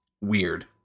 Weird